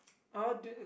how do you ins~